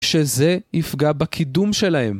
שזה יפגע בקידום שלהם.